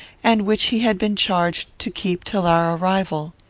and which he had been charged to keep till our arrival.